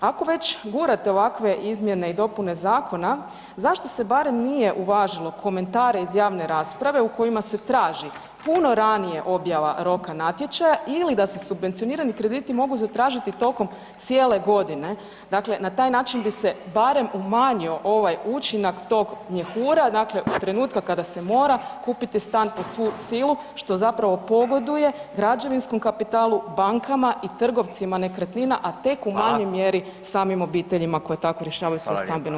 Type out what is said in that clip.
Ako već gurate ovakve izmjene i dopune zakona zašto se barem nije uvažilo komentare iz javne rasprave u kojima se traži puno ranije objava roka natječaja ili da se subvencionirani krediti mogu zatražiti tokom cijele godine, dakle na taj način bi se barem umanjio ovaj učinak tog mjehura, dakle od trenutka kada se mora kupiti stan po svu silu, što zapravo pogoduje građevinskom kapitalu, bankama i trgovcima nekretnina, a tek u manjoj mjeri samim obiteljima koje tako rješavaju svoje stambeno